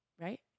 right